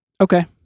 Okay